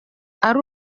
ari